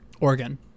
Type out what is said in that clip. Oregon